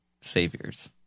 saviors